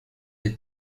des